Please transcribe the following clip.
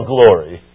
Glory